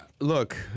look